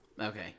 Okay